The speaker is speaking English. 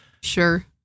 Sure